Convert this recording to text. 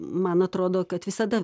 man atrodo kad visada